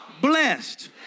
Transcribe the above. blessed